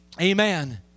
Amen